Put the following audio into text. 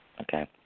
okay